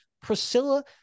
Priscilla